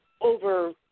over-